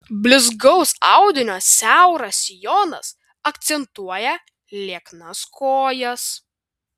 blizgaus audinio siauras sijonas akcentuoja lieknas kojas